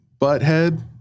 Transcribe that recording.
butthead